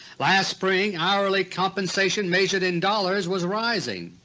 last spring hourly compensation measured in dollars was rising,